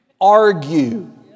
argue